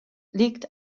liegt